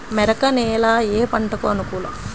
మెరక నేల ఏ పంటకు అనుకూలం?